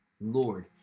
Lord